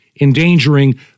endangering